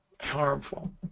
harmful